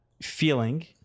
feeling